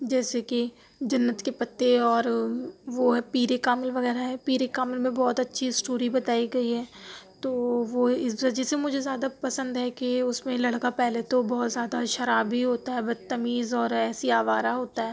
جیسے کہ جنت کے پتے اور وہ ہے پیر کامل وغیرہ پیر کامل میں بہت اچھی اسٹوری بتائی گئی ہے تو وہ اس وجہ سے مجھے زیادہ پسند ہے کہ اس میں لڑکا پہلے تو بہت زیادہ شرابی ہوتا ہے بد تمیز اور ایسی آوارہ ہوتا ہے